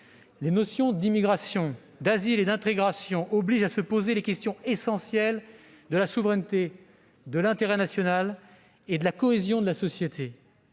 Les notions d'immigration, d'asile et d'intégration obligent à se poser les questions essentielles de la souveraineté, de l'intérêt national et de la cohésion de la société.